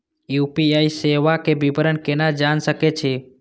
UPI सेवा के विवरण केना जान सके छी?